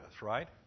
right